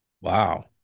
Wow